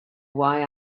why